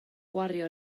gwario